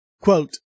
Quote